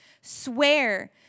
Swear